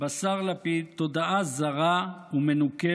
בשר לפיד תודעה זרה ומנוכרת